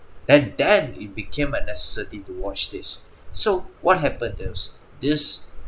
and then it became a necessity to watch this so what happened is this